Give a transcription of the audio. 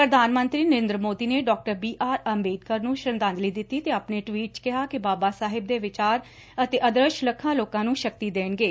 ਪ੍ਧਾਨ ਮੰਤਰੀ ਨਰੇਂਦਰ ਮੋਦੀ ਨੇ ਡਾ ਬੀ ਆਰ ਅੰਬੇਦਕਰ ਨੂੰ ਸ਼ਰਧਾਂਜਲੀ ਦਿੱਤੀ ਤੇ ਆਪਣੇ ਟਵੀਟ 'ਚ ਕਿਹਾ ਕਿ ਬਾਬਾ ਸਾਹਿਬ ਦੇ ਵਿਚਾਰ ਅਤੇ ਆਦਰਸ਼ ਲੱਖਾਂ ਲੋਕਾਂ ਨੂੰ ਸ਼ਕਤੀ ਦੇਣਗੇ